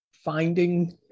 finding